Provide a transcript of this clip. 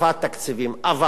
אבל שים לב,